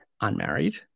unmarried